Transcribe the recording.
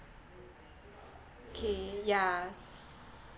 okay yeah